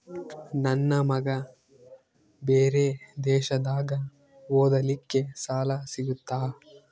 ನನ್ನ ಮಗ ಬೇರೆ ದೇಶದಾಗ ಓದಲಿಕ್ಕೆ ಸಾಲ ಸಿಗುತ್ತಾ?